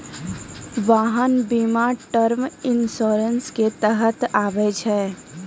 वाहन बीमा term insurance के तहत आबै छै